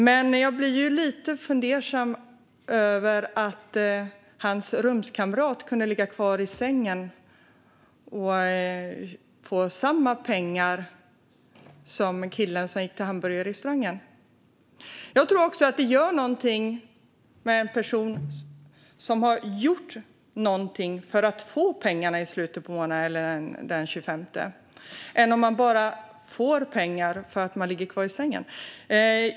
Men jag blir lite fundersam över att hans rumskamrat kunde ligga kvar i sängen och få lika mycket pengar som killen som gick till hamburgerrestaurangen. Det har betydelse om en person har gjort någonting för att få pengarna den 25:e eller bara får pengar för att ligga kvar i sängen. Jag tror att det gör någonting med en person.